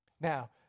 Now